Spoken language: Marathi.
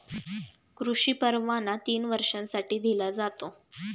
कृषी परवाना तीन वर्षांसाठी दिला जातो